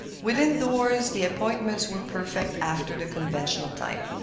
within doors the appointments were perfect after the conventional type.